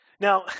Now